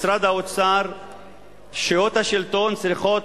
משרד האוצר, אושיות השלטון צריכות